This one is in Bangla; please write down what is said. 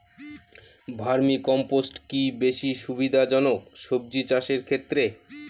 ভার্মি কম্পোষ্ট কি বেশী সুবিধা জনক সবজি চাষের ক্ষেত্রে?